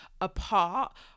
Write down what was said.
apart